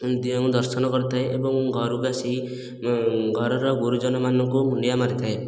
ଦିଅଙ୍କୁ ଦର୍ଶନ କରିଥାଏ ଏବଂ ଘରକୁ ଆସି ଘରର ଗୁରୁଜନମାନଙ୍କୁ ମୁଣ୍ଡିଆ ମାରିଥାଏ